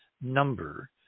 number